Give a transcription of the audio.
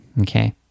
okay